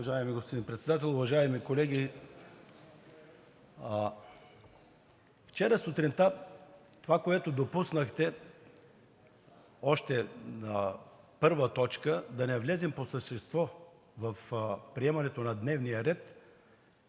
уважаеми господин Председател. Уважаеми колеги, вчера сутринта с това, което допуснахте още на първа точка – да не влезем по същество в приемането на дневния ред,